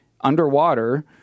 underwater